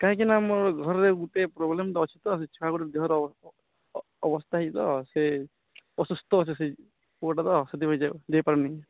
କହିକିଁନା ମୋ ଘରେ ଗୋଟେ ପ୍ରୋବ୍ଲେମ୍ ତ ଅଛି ତ ସେ ଛୁଆ ଗୋଟେ ଦେହର ଅବସ୍ଥା ହେଇଛି ତ ସେ ଅସୁସ୍ଥ ଅଛି ସେଇ ପୁଅଟା ତ ସେ ସେଥିପାଇଁ ଯାଇପାରିନି